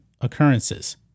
occurrences